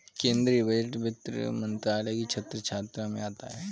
केंद्रीय बजट वित्त मंत्रालय की छत्रछाया में आता है